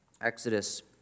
Exodus